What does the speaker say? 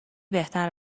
بهتر